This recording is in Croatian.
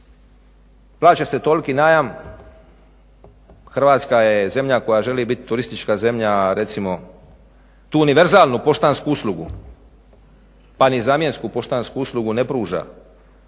plaća se toliki najam Hrvatska je zemlja koja želi biti turistička zemlja, recimo tu univerzalnu poštansku uslugu pa ni zamjensku poštansku uslugu ne pruža